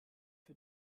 für